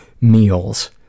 meals